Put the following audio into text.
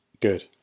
good